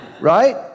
right